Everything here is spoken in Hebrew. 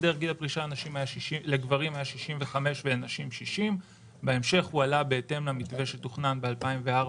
גיל הפרישה לגברים היה גיל 65 ולנשים גיל 60. בהמשך הוא עלה בהתאם למתווה שתוכנן בשנת 2004,